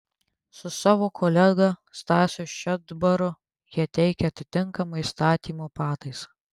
su savo kolega stasiu šedbaru jie teikia atitinkamą įstatymo pataisą